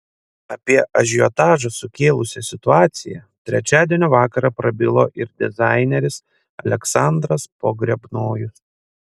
apie ažiotažą sukėlusią situaciją trečiadienio vakarą prabilo ir dizaineris aleksandras pogrebnojus